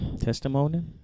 Testimony